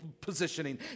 positioning